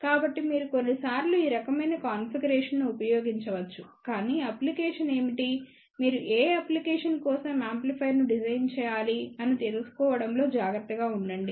కాబట్టి మీరు కొన్నిసార్లు ఈ రకమైన కాన్ఫిగరేషన్ను ఉపయోగించవచ్చు కానీ అప్లికేషన్ ఏమిటి మీరు ఏ అప్లికేషన్ కోసం యాంప్లిఫైయర్ను డిజైన్ చేయాలి అని తెలుసుకోవడంలో జాగ్రత్తగా ఉండండి